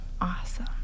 Awesome